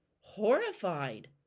horrified